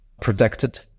protected